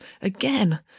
again